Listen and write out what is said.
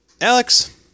Alex